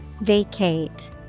vacate